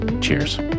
Cheers